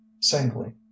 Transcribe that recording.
singly